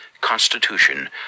constitution